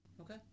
Okay